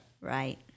right